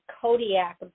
Kodiak